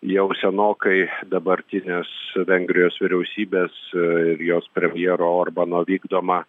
jau senokai dabartinės vengrijos vyriausybės ir jos premjero orbano vykdoma